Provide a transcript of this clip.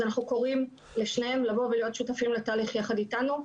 אנחנו קוראים לשניהם לבוא ולהיות שותפים לתהליך יחד אתנו,